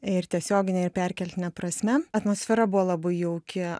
ir tiesiogine ir perkeltine prasme atmosfera buvo labai jauki